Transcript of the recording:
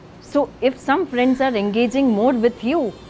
so if some friends are engaging more with you,